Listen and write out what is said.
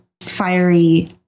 fiery